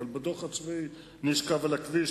אבל בדוח הצבאי נכתב: נשכב על הכביש,